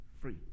free